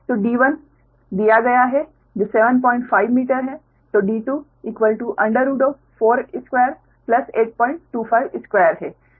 तो d1 दिया गया है जो 75 मीटर है तो d2 428252 है